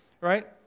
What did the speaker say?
Right